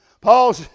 Paul